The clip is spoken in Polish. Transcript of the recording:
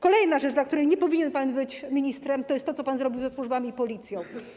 Kolejna rzecz, w przypadku której nie powinien pan być ministrem, to jest to, co pan zrobił ze służbami i policją.